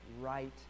right